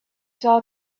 saw